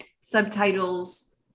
subtitles